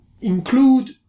include